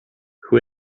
who